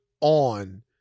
on